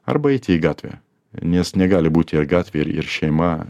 arba eiti į gatvę nes negali būti ir gatvė ir šeima